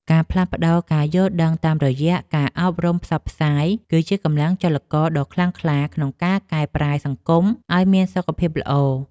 ការផ្លាស់ប្តូរការយល់ដឹងតាមរយៈការអប់រំផ្សព្វផ្សាយ គឺជាកម្លាំងចលករដ៏ខ្លាំងក្លាក្នុងការកែប្រែសង្គមឱ្យមានសុខភាពល្អ។